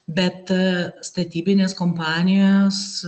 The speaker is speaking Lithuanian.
bet statybinės kompanijos